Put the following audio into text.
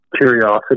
curiosity